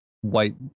white